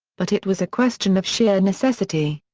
but it was a question of sheer necessity.